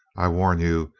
i warn you,